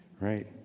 right